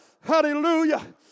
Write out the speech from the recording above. hallelujah